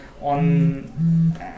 on